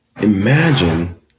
imagine